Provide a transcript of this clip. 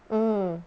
mm